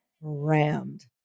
rammed